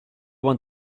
want